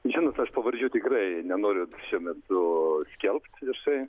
žinot aš pavardžių tikrai nenoriu šiuo metu skelbt viešai